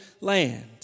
land